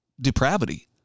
Depravity